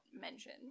mention